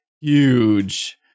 huge